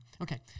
Okay